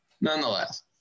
nonetheless